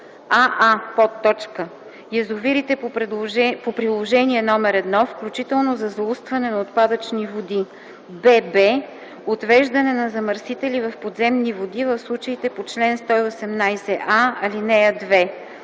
обект: аа) язовирите по приложение № 1, включително за заустване на отпадъчни води; бб) отвеждане на замърсители в подземни води в случаите по чл. 118а, ал. 2;